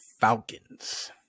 Falcons